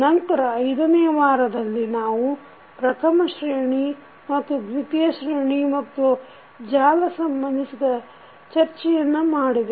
ನಂತರ 5 ನೆಯ ವಾರದಲ್ಲಿ ನಾವು ಪ್ರಥಮ ಶ್ರೇಣಿಬಮತ್ತು ದ್ವೀತಿಯ ಶ್ರೇಣಿ ಮತ್ತು ಜಾಲ ಸಂಬಂಧಿಸಿದ ಚರ್ಚೆಯನ್ನು ಮಾಡಿದೆವು